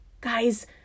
guys